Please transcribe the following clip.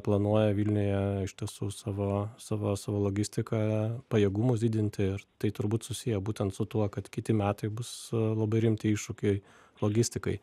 planuoja vilniuje iš tiesų savo savo savo logistiką pajėgumus didinti ir tai turbūt susiję būtent su tuo kad kiti metai bus labai rimti iššūkiai logistikai